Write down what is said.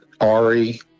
Ari